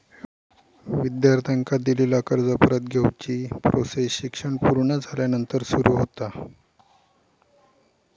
विद्यार्थ्यांका दिलेला कर्ज परत घेवची प्रोसेस शिक्षण पुर्ण झाल्यानंतर सुरू होता